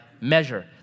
measure